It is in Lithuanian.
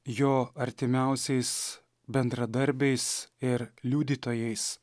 jo artimiausiais bendradarbiais ir liudytojais